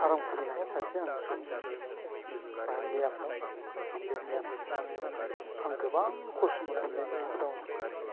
farm खुलिनाय सासे आं सुबुंमोन लियार दाउ आं बे लियार दाउखौ लानायाव आं गोबां खस्थ' मोन्दों बे लकडाउनाव